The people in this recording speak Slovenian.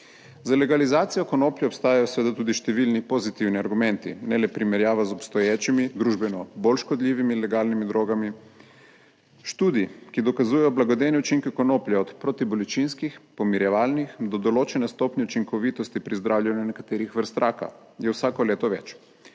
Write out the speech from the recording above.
Za legalizacijo konoplje obstajajo seveda tudi številni pozitivni argumenti, ne le primerjava z obstoječimi, družbeno bolj škodljivimi legalnimi drogami. Študij, ki dokazujejo blagodejne učinke konoplje od protibolečinskih, pomirjevalnih do določene stopnje učinkovitosti pri zdravljenju nekaterih vrst raka, je vsako leto več.